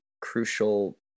crucial